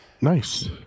nice